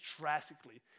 drastically